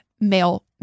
male